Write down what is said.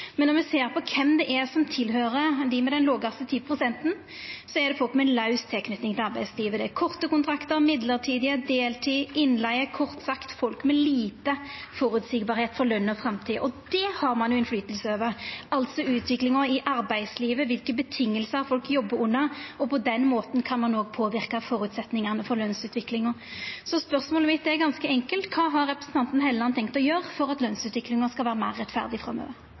men når me ser på kven som høyrer til dei med den lågaste 10-prosenten, er det folk med laus tilknyting til arbeidslivet. Det er korte og mellombelse kontraktar, deltid, innleige – kort sagt folk med lite føreseielegheit for løn og framtid. Og utviklinga i arbeidslivet, kva vilkår folk jobbar under, har ein jo innverknad på, og på den måten kan ein òg påverka føresetnadene for lønsutviklinga. Så spørsmålet mitt er ganske enkelt: Kva har representanten Helleland tenkt å gjera for at lønsutviklinga skal vera meir rettferdig framover?